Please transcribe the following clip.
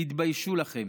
תתביישו לכם.